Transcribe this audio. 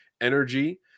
energy